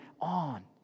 on